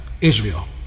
Israel